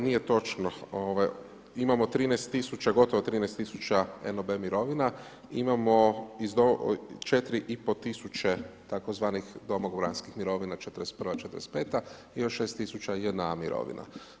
Nije točno imamo 13000 gotovo 13000 NOB mirovina, imamo 4,5 tisuće tzv. domobranskih mirovina, '41.-'45. i još 60000 JNA mirovina.